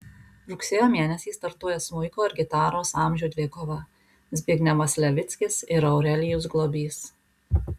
rugsėjo mėnesį startuoja smuiko ir gitaros amžių dvikova zbignevas levickis ir aurelijus globys